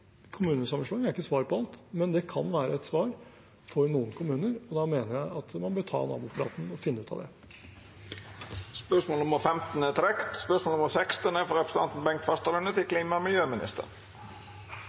Kommunesammenslåing er ikke svaret på alt, men det kan være et svar for noen – og da mener jeg man bør ta nabopraten og finne ut av det. Dette spørsmålet er trekt